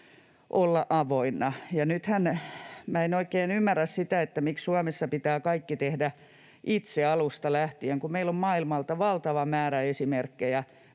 nythän minä en oikein ymmärrä sitä, miksi Suomessa pitää kaikki tehdä itse alusta lähtien, kun meillä on maailmalta valtava määrä esimerkkejä,